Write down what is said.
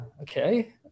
okay